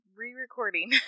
re-recording